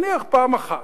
נניח, פעם אחת,